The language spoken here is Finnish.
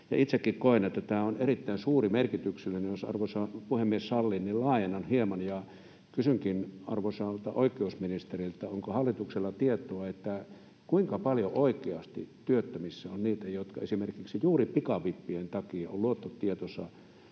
itsekin koen, että tämä on erittäin suuri ja merkityksellinen asia. Jos arvoisa puhemies sallii, niin laajennan tätä hieman ja kysynkin arvoisalta oikeusministeriltä: onko hallituksella tietoa, kuinka paljon oikeasti työttömissä on niitä, jotka esimerkiksi juuri pikavippien takia ovat omalla